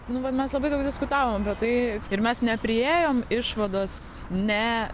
nu va mes labai daug diskutavom apie tai ir mes nepriėjom išvados ne